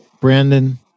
Brandon